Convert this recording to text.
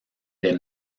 les